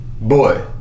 Boy